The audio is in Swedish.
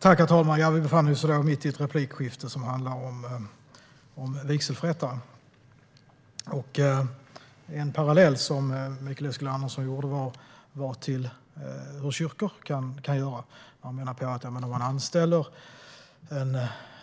Svar på interpellationer Herr talman! Vi befann oss mitt i ett replikskifte som handlar om vigselförrättare. Mikael Eskilandersson drog en parallell till hur kyrkor kan göra. Han menar att om man anställer